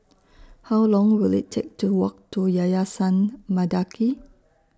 How Long Will IT Take to Walk to Yayasan Mendaki